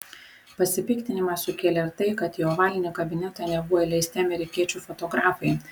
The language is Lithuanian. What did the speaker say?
pasipiktinimą sukėlė ir tai kad į ovalinį kabinetą nebuvo įleisti amerikiečių fotografai